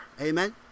Amen